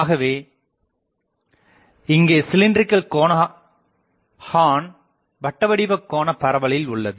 ஆகவே இங்கே சிலின்ரிகள் கோண ஹார்ன் வட்டவடிவ கோண பரவலில் உள்ளது